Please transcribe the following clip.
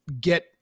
get